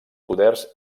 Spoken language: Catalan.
poders